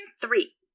three